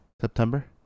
september